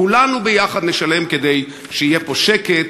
כולנו יחד נשלם כדי שיהיה פה שקט,